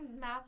math